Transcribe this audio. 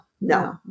no